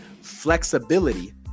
flexibility